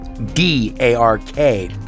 D-A-R-K